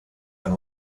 and